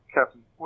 Captain